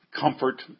comfort